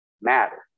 matter